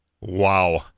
Wow